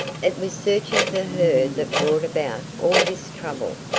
it was searching for her that brought about all this trouble,